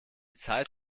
zeit